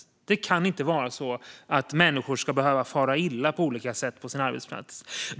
Det kan inte vara så att människor ska behöva fara illa på olika sätt på sin arbetsplats.